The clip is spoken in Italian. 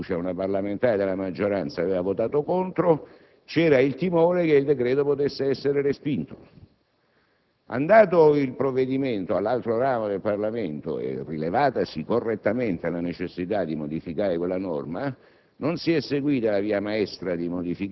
poiché poco prima su un voto di fiducia una parlamentare della maggioranza aveva votato contro e vi era il timore che il decreto potesse essere respinto. Trasmesso il provvedimento presso l'altro ramo del Parlamento, e rilevatasi correttamente la necessità di modificare quella norma,